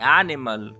animal